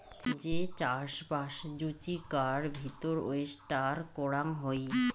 যে চাষবাস জুচিকার ভিতর ওয়েস্টার করাং হই